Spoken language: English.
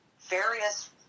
various